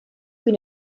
kui